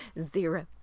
Zero